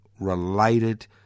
related